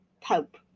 Pope